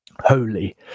holy